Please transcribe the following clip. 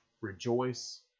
Rejoice